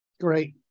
Great